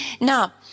Now